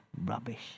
rubbish